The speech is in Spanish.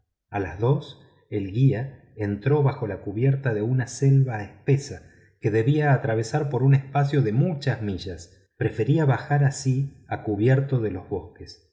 a las dos el guía entró bajo la cubierta de una selva espesa que debía atravesar por un espacio de muchas millas prefería bajar así a cubierto de los bosques